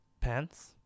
pants